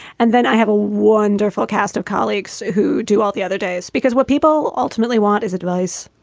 and then i have a wonderful cast of colleagues who do all the other days because what people ultimately want is advice,